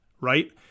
right